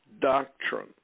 doctrine